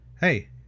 Hey